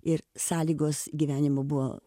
ir sąlygos gyvenimo buvo